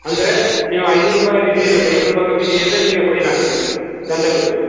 ಅಂದರೆ ನೀವು ಐನೂರು ರೂಪಾಯಿ ಅಲ್ಲಿ ಇರಲೆಬೇಕು ಐನೂರು ರೂಪಾಯಿ ಕಮ್ಮಿ ಇಟ್ಟಿದ್ದರೆ ನಿಮಗೆ ಫೈನ್ ಆಗ್ತದೆ ದಂಡ ಬೀಳ್ತದೆ